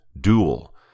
Duel